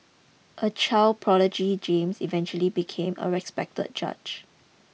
a child prodigy James eventually became a respected judge